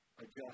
adjust